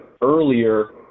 earlier